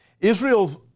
Israel's